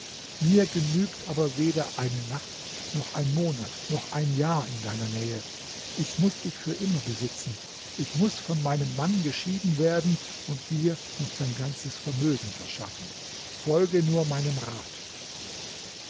mir genügt aber weder eine nacht noch ein monat noch ein jahr deiner nähe ich muß dich für immer besitzen ich muß von meinem mann geschieden werden und dir noch sein ganzes vermögen verschaffen folge nur meinem rat